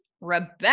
Rebecca